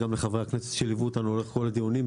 גם לחברי הכנסת שליוו אותנו לאורך כל הדיונים,